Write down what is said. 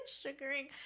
sugaring